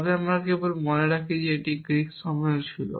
তবে আমরা কেবল মনে রাখি যে এটি গ্রীক সময়েও ছিল